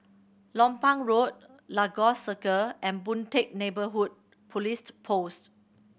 Lompang Road Lagos Circle and Boon Teck Neighbourhood Police Post